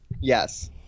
Yes